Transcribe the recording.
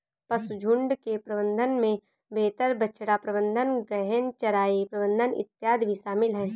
पशुझुण्ड के प्रबंधन में बेहतर बछड़ा प्रबंधन, गहन चराई प्रबंधन इत्यादि भी शामिल है